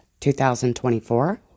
2024